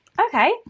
okay